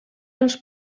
els